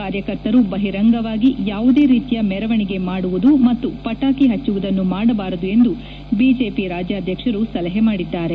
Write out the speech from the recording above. ಕಾರ್ಯಕರ್ತರು ಬಹಿರಂಗವಾಗಿ ಯಾವುದೇ ರೀತಿಯ ಮೆರವಣಿಗೆ ಮಾಡುವುದು ಮತ್ತು ಪಟಾಕಿ ಹಚ್ಚುವುದನ್ನು ಮಾಡಬಾರದು ಎಂದು ಬಿಜೆಪಿ ರಾಜ್ಯಾಧ್ಯಕ್ಷರು ಸಲಹೆ ಮಾಡಿದ್ದಾರೆ